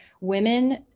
Women